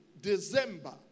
December